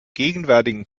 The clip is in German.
gegenwärtigen